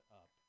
up